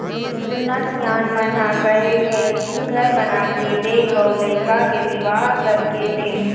जुन्ना सियान मन ह कहे हे घर बनाके देख अउ लइका के बिहाव करके देख